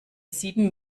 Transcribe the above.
sieben